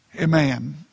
Amen